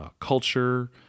culture